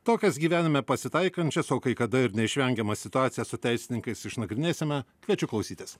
tokias gyvenime pasitaikančias o kai kada ir neišvengiamas situacijas su teisininkais išnagrinėsime kviečiu klausytis